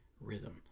rhythm